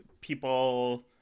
people